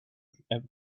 everything